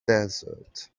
desert